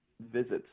visits